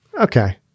okay